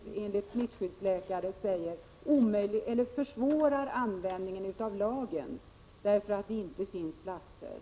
Enligt smittskyddsläkare försvåras tillämpningen av lagen därför att det inte finns tillräckligt många platser.